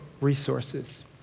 resources